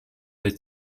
the